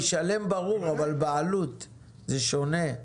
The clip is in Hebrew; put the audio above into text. ישלם זה ברור, אבל בעלות זה דבר שונה.